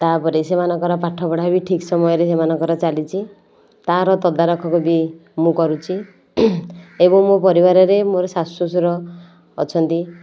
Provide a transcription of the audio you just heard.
ତା' ପରେ ସେମାନଙ୍କର ପାଠ ପଢ଼ା ବି ଠିକ୍ ସମୟରେ ସେମାନଙ୍କର ଚାଲିଛି ତାର ତଦାରଖ ବି ମୁଁ କରୁଛି ଏବଂ ମୋ ପରିବାରରେ ମୋର ଶାଶୁ ଶଶୁର ଅଛନ୍ତି